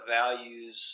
values